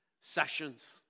sessions